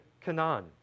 Canaan